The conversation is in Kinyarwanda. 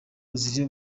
ruzira